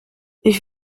ich